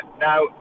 Now